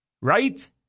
Right